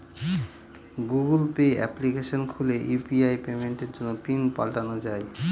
Google Pay application খুলে UPI পেমেন্টের জন্য পিন পাল্টানো যাই